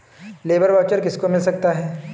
Labour voucher किसको मिल सकता है?